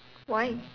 why